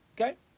Okay